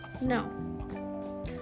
No